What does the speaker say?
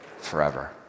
forever